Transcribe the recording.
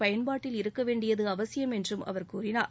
பயன்பாட்டில் இருக்கவேண்டியது அவசியம் என்றும் கூறினார்